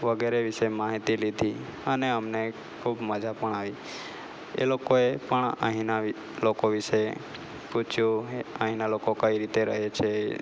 વગેરે વિશે માહિતી લીધી અને અમને ખૂબ મજા પણ આવી એ લોકોએ પણ અહીના લોકો વિશે પૂછ્યું અહીંના લોકો કઈ રીતે રહે છે